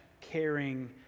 caring